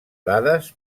dades